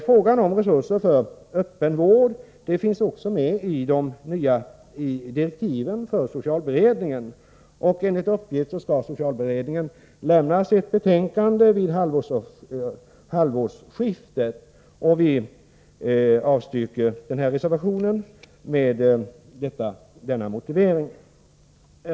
Frågan om resurser för öppenvård finns också med i de nya direktiven för socialberedningen, och enligt uppgift skall socialberedningen avlämna sitt betänkande vid halvårsskiftet. Vi avstyrker reservationen med denna motivering.